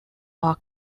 are